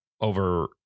over